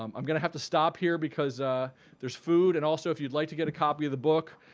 um i'm gonna have to stop here because ah there's food and also if you'd like to get a copy of the book,